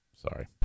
Sorry